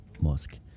mosque